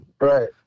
right